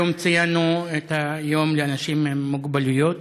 היום ציינו את היום לאנשים עם מוגבלויות.